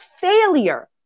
failure